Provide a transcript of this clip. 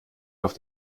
auf